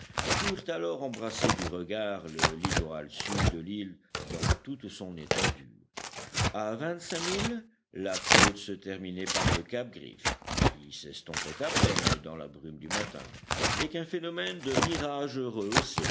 purent alors embrasser du regard le littoral sud de l'île dans toute son étendue à vingt-cinq milles la côte se terminait par le cap griffe qui s'estompait à peine dans la brume du matin et qu'un phénomène de mirage